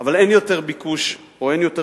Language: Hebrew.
אבל אין יותר ביקוש או אין יותר